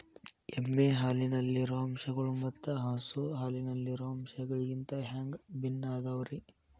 ಎಮ್ಮೆ ಹಾಲಿನಲ್ಲಿರೋ ಅಂಶಗಳು ಮತ್ತ ಹಸು ಹಾಲಿನಲ್ಲಿರೋ ಅಂಶಗಳಿಗಿಂತ ಹ್ಯಾಂಗ ಭಿನ್ನ ಅದಾವ್ರಿ?